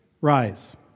rise